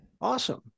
awesome